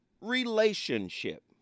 relationship